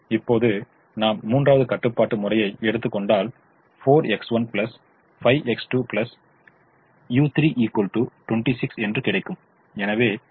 இப்போது நாம் மூன்றாவது கட்டுப்பாட்டு முறையை எடுத்துக் கொண்டால் 4X1 5X2 u3 26 என்று கிடைக்கும்